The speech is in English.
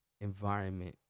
environment